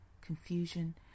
confusion